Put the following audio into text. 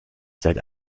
seit